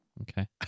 okay